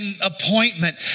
appointment